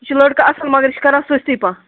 یہِ چھُ لٔڑکہٕ اصٕل مگر یہِ چھُ کران سُستی پہم